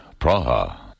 Praha